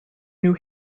new